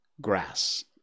grass